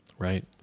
Right